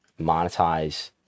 monetize